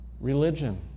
Religion